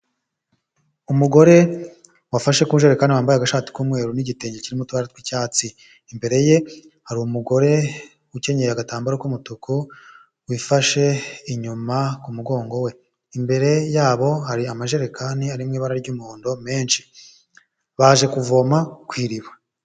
Umugore wafashe ku ijerekanaka wambaye agashati k'umweru n'igitenge kirimo utubara tw'icyatsi. imbere ye hari umugore ukenyeye agatambaro k'umutuku wifashe inyuma ku mugongo we. imbere yabo hari amajerekani arimo ibara ry'umuhondo menshi, baje kuvoma ku iriba.